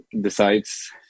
decides